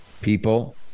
People